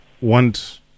want